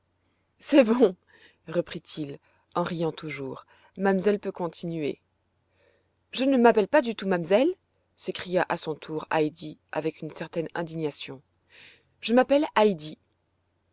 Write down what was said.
c'est bon reprit-il en riant toujours mamselle peut continuer je ne m'appelle pas du tout mamselle s'écria à son tour heidi avec une certaine indignation je m'appelle heidi